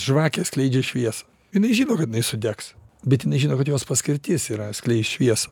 žvakė skleidžia šviesą jinai žino kad jinai sudegs bet jinai žino kad jos paskirtis yra skleist šviesą